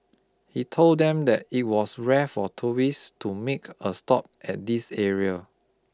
he told them that it was rare for tourists to make a stop at this area